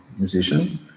Musician